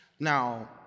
Now